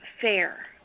fair